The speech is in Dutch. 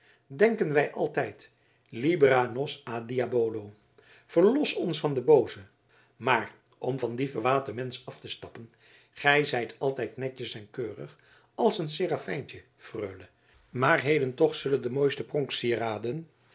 a diabolo verlos ons van den booze maar om van dien verwaten mensch af te stappen gij zijt altijd netjes en keurig als een serafijntje freule maar heden toch zullen de beste pronksieraden